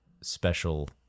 special